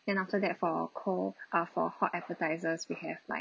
then after that for cold uh for hot appetisers we have like